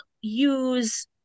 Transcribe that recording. use